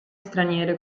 straniere